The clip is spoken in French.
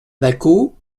baquo